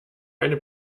eine